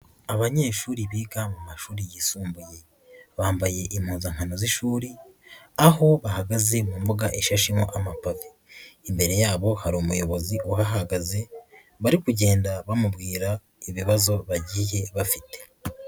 Abanyeshuri biga mu mashuri yisumbuye, bambaye impuzankano z'ishuri, aho bahagaze mu mbuga ishashemo amapave, imbere yabo hari umuyobozi uhahagaze, bari kugenda bamubwira ibibazo bagiye bafite.